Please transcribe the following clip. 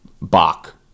Bach